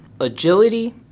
agility